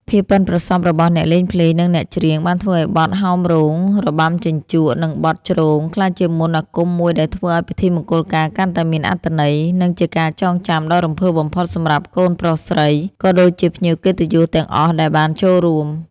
ភាពប៉ិនប្រសប់របស់អ្នកលេងភ្លេង និងអ្នកច្រៀង បានធ្វើឱ្យបទ ហោមរោង របាំជញ្ជក់ និងបទ ជ្រង ក្លាយជាមន្តអាគមមួយដែលធ្វើឱ្យពិធីមង្គលការកាន់តែមានអត្ថន័យ និងជាការចងចាំដ៏រំភើបបំផុតសម្រាប់កូនប្រុសស្រី ក៏ដូចជាភ្ញៀវកិត្តិយសទាំងអស់ដែលបានចូលរួម។